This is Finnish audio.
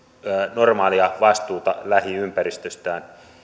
normaalia vastuuta lähiympäristöstään